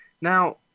Now